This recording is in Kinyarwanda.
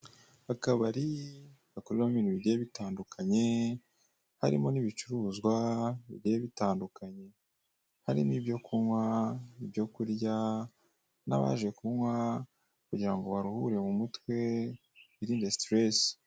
Akabari gakoreramo ibintu bigiye bitandukanye harimo n'ibicuruzwa bigiye bitandukanye. Hari n'ibyo kunywa ibyo kurya, n'abaje kunywa kugira ngo baruhure mu mutwe birinde siteresi.